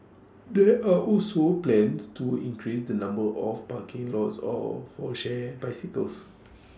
there are also plans to increase the number of parking lots of for shared bicycles